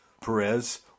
Perez